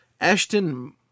Ashton